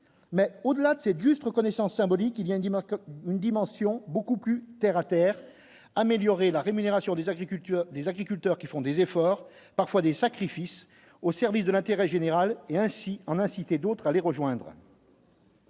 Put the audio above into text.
mais au-delà de cette juste reconnaissance symbolique, il vient du Maroc, une dimension beaucoup plus. Terre à terre, améliorer la rémunération des agricultures et des agriculteurs qui font des efforts, parfois des sacrifices au service de l'intérêt général et ainsi en inciter d'autres à les rejoindre.